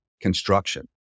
construction